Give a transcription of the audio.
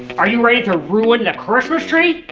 are you ready to ruin the christmas tree?